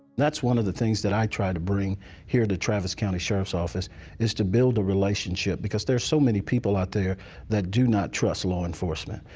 that's one of the things that i try to bring here to travis county sheriff's office is to build a relationship, because there are so many people out there that do not trust law enforcement.